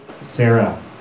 Sarah